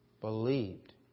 believed